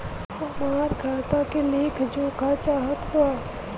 हमरा खाता के लेख जोखा चाहत बा?